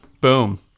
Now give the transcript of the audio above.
Boom